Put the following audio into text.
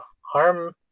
harm